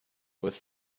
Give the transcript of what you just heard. was